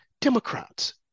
Democrats